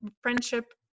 friendship